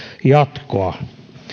jatkoa